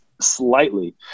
slightly